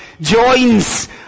joins